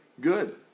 good